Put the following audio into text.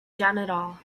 janitor